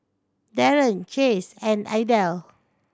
Daren Chase and Idell